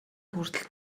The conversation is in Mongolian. хүртэл